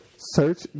Search